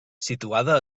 situada